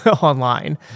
online